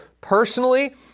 personally